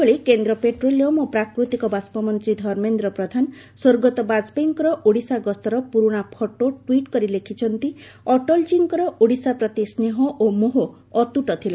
ସେହିଭଳି କେନ୍ଦ ପ୍ରେଟ୍ରୋଲିୟମ୍ ଓ ପ୍ରାକୃତିକ ବାଷ୍ ମନ୍ତୀ ଧର୍ମେନ୍ଦ୍ର ପ୍ରଧାନ ସ୍ୱର୍ଗତ ବାଜପେୟୀଙ୍କ ଓଡ଼ିଶା ଗସ୍ତର ପୁରୁଶା ଫଟୋ ଟିଟ୍ କରି ଲେଖିଛନ୍ତି ଅଟଳଜୀଙ୍କର ଓଡ଼ିଶା ପ୍ରତି ସ୍ନେହ ଓ ମୋହ ଅତୁଟ ଥିଲା